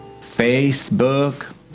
Facebook